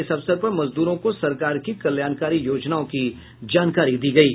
इस अवसर पर मजदूरों को सरकार की कल्याणकारी योजनाओं की जानकारी दी गयी